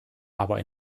aber